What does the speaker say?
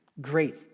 Great